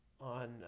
on